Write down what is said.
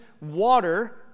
water